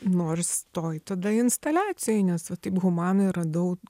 nors toj tada instaliacijoj nes va taip humanoj radau